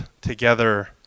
together